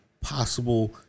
possible